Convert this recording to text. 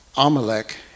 Amalek